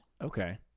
Okay